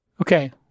Okay